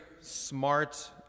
smart